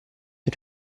per